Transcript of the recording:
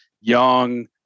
young